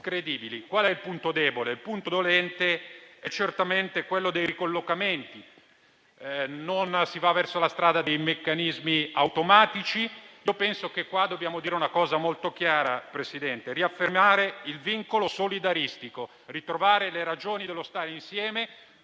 e più credibili. Il punto dolente è certamente quello dei ricollocamenti. Non si va verso la strada dei meccanismi automatici. Penso che a questo proposito dobbiamo dire una cosa molto chiara, Presidente: va riaffermato il vincolo solidaristico, vanno ritrovate le ragioni dello stare insieme,